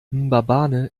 mbabane